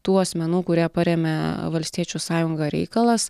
tų asmenų kurie paremia valstiečių sąjungą reikalas